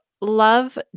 love